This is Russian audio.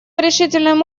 решительным